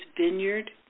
vineyard